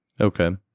okay